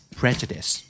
prejudice